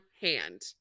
hand